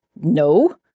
No